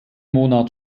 monat